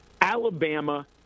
Alabama